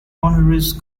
honoris